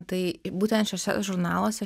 tai būtent šiuose žurnaluose